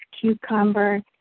cucumber